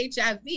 HIV